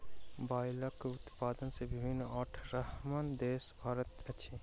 बायलरक उत्पादन मे विश्वक अठारहम देश भारत अछि